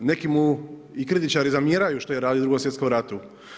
Neki mu kritičari zamjeraju što je radio u Drugom svjetskom ratu.